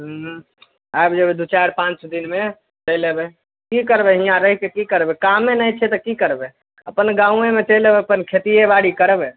हुँ आबि जेबै दुइ चारि पाँच दिनमे चलि अएबै कि करबै हिआँ रहिकऽ कि करबै कामे नहि छै तऽ कि करबै अपन गामेमे चलि अएबै अपन खेतिए बाड़ी करबै